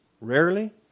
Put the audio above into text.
rarely